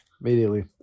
Immediately